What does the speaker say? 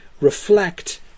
reflect